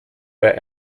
bei